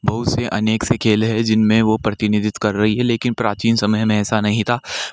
बहुत से अनेक से खेले हैं जिनमें वो प्रतिनिधित्व कर रही हैं लेकिन प्राचीन समय में ऐसा नहीं था